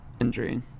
injury